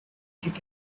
kick